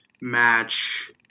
match